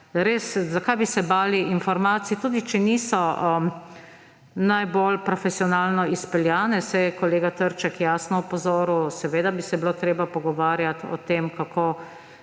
res, zakaj bi se bali informacij, tudi če niso najbolj profesionalno izpeljane. Saj je kolega Trček jasno opozoril, seveda bi se bilo treba pogovarjati o tem, kako